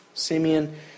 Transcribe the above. Simeon